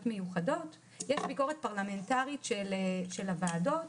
מיוחדות יש ביקורת פרלמנטרית של הוועדות